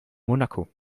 monaco